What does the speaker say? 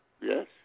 Yes